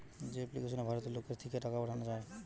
যে এপ্লিকেশনে ভারতের লোকের থিকে টাকা পাঠানা যায়